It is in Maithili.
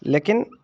लेकिन